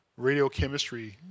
radiochemistry